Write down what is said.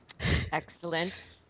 Excellent